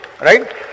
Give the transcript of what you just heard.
right